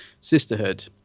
sisterhood